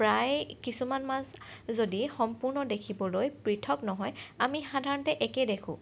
প্ৰায় কিছুমান মাছ যদি সম্পূৰ্ণ দেখিবলৈ পৃথক নহয় আমি সাধাৰণতে একে দেখোঁ